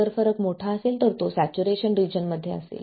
जर फरक मोठा असेल तर तो सॅच्युरेशन रिजन मध्ये असेल